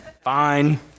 Fine